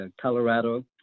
Colorado